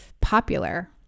popular